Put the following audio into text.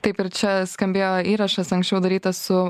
taip ir čia skambėjo įrašas anksčiau darytas su